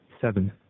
seven